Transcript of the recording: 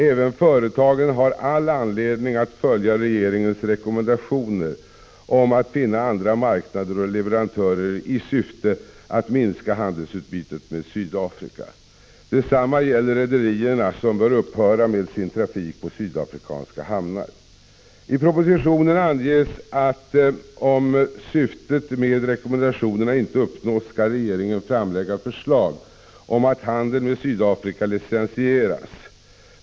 Även företagen har all anledning att följa regeringens rekommendationer om att finna andra marknader och leverantörer i syfte att minska handelsutbytet med Sydafrika. Detsamma gäller rederierna, som bör upphöra med sin trafik på sydafrikanska hamnar. I propositionen anges att om syftet med rekommendationerna inte uppnås skall regeringen framlägga förslag om att handeln med Sydafrika licensieras.